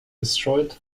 destroyed